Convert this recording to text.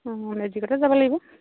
অঁ মেজিকতে যাব লাগিব